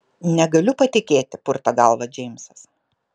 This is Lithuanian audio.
negaliu patikėti purto galvą džeimsas